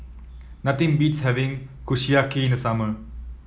nothing beats having Kushiyaki in the summer